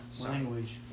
Language